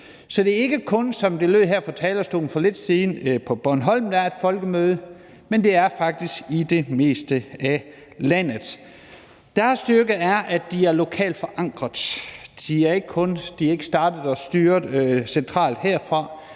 Så det er ikke – sådan som det lød her fra talerstolen for lidt siden – kun på Bornholm, der er et folkemøde; det er faktisk i det meste af landet. Deres styrke er, at de er lokalt forankret. De er ikke startet og styret centralt herfra,